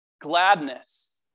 gladness